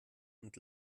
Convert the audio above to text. und